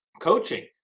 Coaching